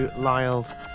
Lyle